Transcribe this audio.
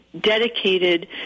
dedicated